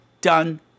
done